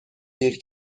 دیر